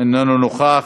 איננו נוכח.